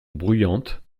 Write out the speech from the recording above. bruyante